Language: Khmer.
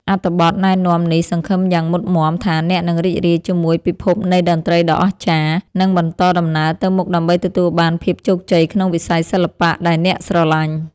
អត្ថបទណែនាំនេះសង្ឃឹមយ៉ាងមុតមាំថាអ្នកនឹងរីករាយជាមួយពិភពនៃតន្ត្រីដ៏អស្ចារ្យ និង បន្តដំណើរទៅមុខដើម្បីទទួលបានភាពជោគជ័យក្នុងវិស័យសិល្បៈដែលអ្នកស្រឡាញ់។